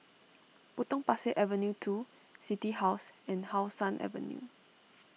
Potong Pasir Avenue two City House and How Sun Avenue